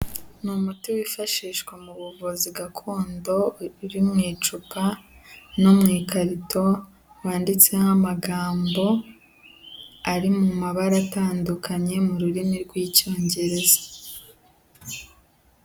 Ni umuti wifashishwa mu buvuzi gakondo, uri mu icupa no mu ikarito, wanditseho amagambo ari mu mabara atandukanye mu rurimi rw'icyongereza.